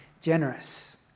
generous